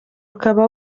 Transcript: ukaba